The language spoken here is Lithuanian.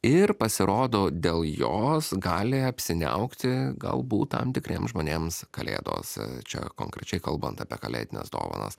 ir pasirodo dėl jos gali apsiniaukti galbūt tam tikriem žmonėms kalėdos čia konkrečiai kalbant apie kalėdines dovanas